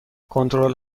کنترل